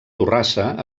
torrassa